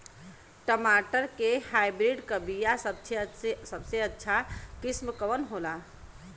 टमाटर के हाइब्रिड क बीया सबसे अच्छा किस्म कवन होला?